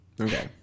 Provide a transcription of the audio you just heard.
okay